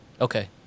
Okay